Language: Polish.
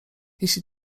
jeśli